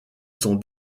son